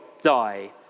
die